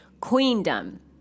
queendom